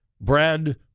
Brad